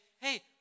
hey